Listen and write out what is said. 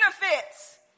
benefits